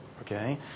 okay